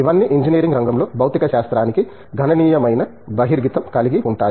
ఇవన్నీ ఇంజనీరింగ్ రంగంలో భౌతిక శాస్త్రానికి గణనీయమైన బహిర్గతం కలిగి ఉంటాయి